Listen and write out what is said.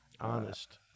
honest